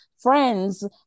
friends